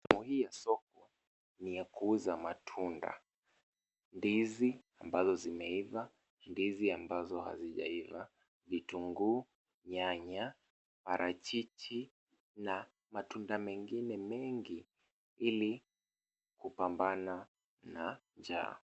Sehemu hii ya soko ni ya kuuza matunda. Ndizi ambazo zimeiva, ndizi ambazo hazijaiva, vitunguu, nyanya, parachichi na matunda mengine mengi ili kupambana na njaa.